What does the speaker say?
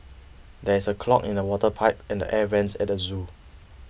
there is a clog in the water pipe and an Air Vents at the zoo